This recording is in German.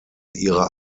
ihrer